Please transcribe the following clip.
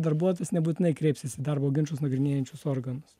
darbuotojas nebūtinai kreipsis į darbo ginčus nagrinėjančius organus